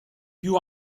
più